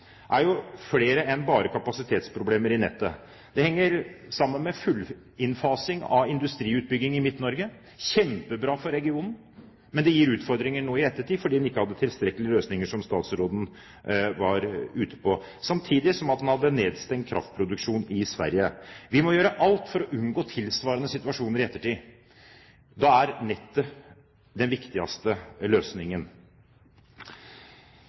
er jo flere enn bare kapasitetsproblemer i nettet. Det henger sammen med fullinnfasing av industriutbygging i Midt-Norge. Det er kjempebra for regionen, men det gir utfordringer nå i ettertid, fordi man ikke hadde tilstrekkelige løsninger, som statsråden var inne på, samtidig som man hadde nedstengt kraftproduksjon i Sverige. Vi må gjøre alt for å unngå tilsvarende situasjoner i ettertid. Da er nettet den viktigste løsningen.